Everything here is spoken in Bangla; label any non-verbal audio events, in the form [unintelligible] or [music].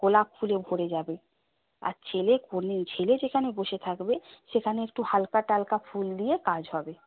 গোলাপ ফুলেও ভরে যাবে আর ছেলে [unintelligible] ছেলে যেখানে বসে থাকবে সেখানে একটু হালকা টালকা ফুল দিয়ে কাজ হবে